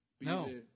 No